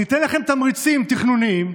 ניתן לכם תמריצים תכנוניים,